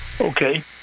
Okay